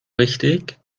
richtig